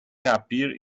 appear